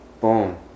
Boom